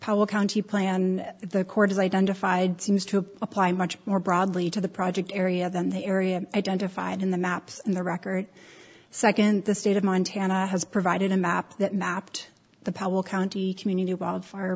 public county plan the court has identified seems to apply much more broadly to the project area than the area identified in the maps in the record nd the state of montana has provided a map that mapped the powell county community wildfire